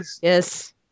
Yes